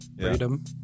Freedom